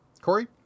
Corey